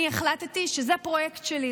אני החלטתי שזה הפרויקט שלי,